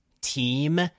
Team